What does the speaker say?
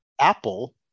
Apple